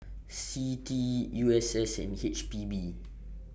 CITI U S S and H P B